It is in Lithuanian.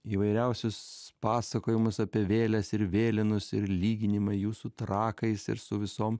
įvairiausius pasakojimus apie vėles ir vėlenus ir lyginimai jų su trakais ir su visom